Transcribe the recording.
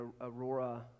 Aurora